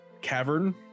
cavern